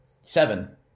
Seven